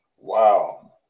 Wow